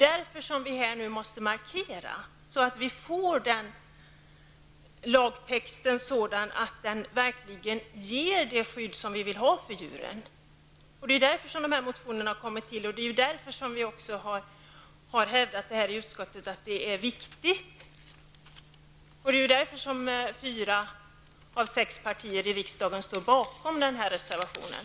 Därför måste vi här nu markera så att vi får den lagtext som verkligen ger det skydd vi vill ha för djuren. Det är därför som de här motionerna har kommit till och som vi också har hävdat i utskottet att detta är viktigt. Det är därför som fyra av sex partier här i riksdagen står bakom den här reservationen.